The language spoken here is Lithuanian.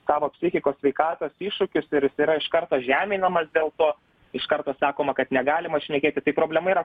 savo psichikos sveikatos iššūkius ir jis yra iš karto žeminamas dėl to iš karto sakoma kad negalima šnekėti tai problema yra